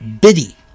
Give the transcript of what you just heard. Biddy